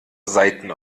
saiten